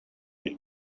диэн